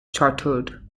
chartered